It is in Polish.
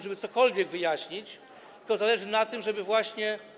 żeby cokolwiek wyjaśnić, tylko zależy na tym, żeby właśnie.